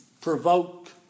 provoke